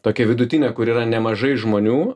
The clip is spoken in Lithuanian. tokią vidutinę kur yra nemažai žmonių